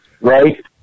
right